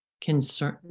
concern